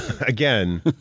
Again